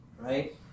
right